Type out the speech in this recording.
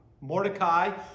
Mordecai